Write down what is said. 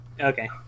Okay